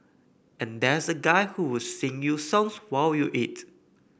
and there's a guy who would sing you songs while you eat